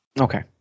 Okay